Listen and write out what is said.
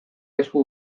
esku